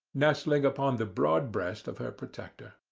nestling upon the broad breast of her protector.